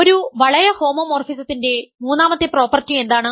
ഒരു വളയ ഹോമോമോർഫിസത്തിന്റെ മൂന്നാമത്തെ പ്രോപ്പർട്ടി എന്താണ്